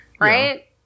Right